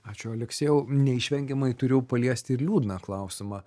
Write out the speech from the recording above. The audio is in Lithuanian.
ačiū aleksiejau neišvengiamai turiu paliesti ir liūdną klausimą